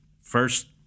first